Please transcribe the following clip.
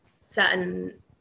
certain